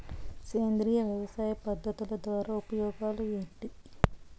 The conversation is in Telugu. సేంద్రియ వ్యవసాయ పద్ధతుల ద్వారా ఉపయోగాలు ఏంటి?